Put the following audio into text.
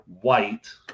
white